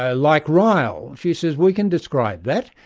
ah like ryle, she says we can describe that.